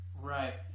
Right